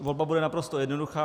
Volba bude naprosto jednoduchá.